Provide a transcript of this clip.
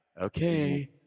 okay